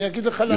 אני אגיד לך למה.